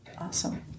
Awesome